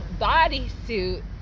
bodysuit